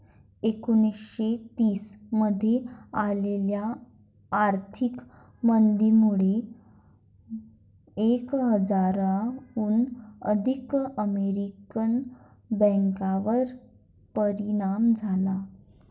एकोणीसशे तीस मध्ये आलेल्या आर्थिक मंदीमुळे एक हजाराहून अधिक अमेरिकन बँकांवर परिणाम झाला